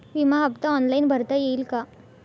विमा हफ्ता ऑनलाईन भरता येईल का?